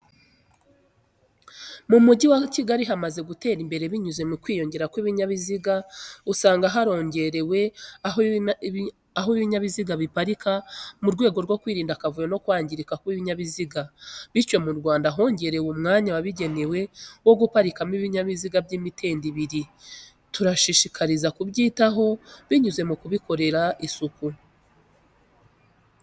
Mu mujyi wa Kigali hamaze gutera imbere binyuze mukwiyongera kw'ibinyabiziga usanga harongerewe aho ibinyabiziga biparika mu rwego rwo kwirinda akavuyo no kwangirika kw'ibinyabiziga bityo mu Rwanda hongerewe umwanya wabigenewe wo guparikamo ibinyabiziga by'imitende ibiri. Turashishikarizwa kubyitaho binyuze mukubikorera Isuku.